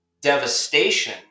devastation